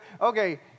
okay